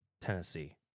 Tennessee